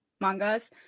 mangas